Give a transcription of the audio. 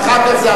אחר כך זו